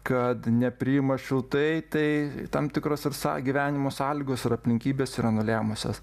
kad nepriima šiltai tai tam tikros ir są gyvenimo sąlygos ir aplinkybės yra nulėmusios